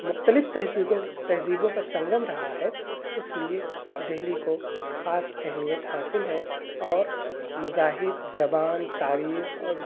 مختلف تہذیگوں تہذیبوں کا سنگم رہا ہے اس لیے دہلی کو خاص اہمیت حاصل ہے اور مذاہب زبان تاریخ اور